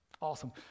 awesome